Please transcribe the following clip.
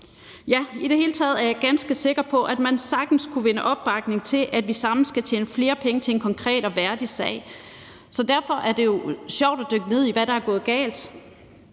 ja, i det hele taget er jeg ganske sikker på, at man sagtens kunne vinde opbakning til, at vi sammen skal tjene flere penge til en konkret og værdig sag, så derfor er det jo sjovt at dykke ned i, hvad der er gået galt.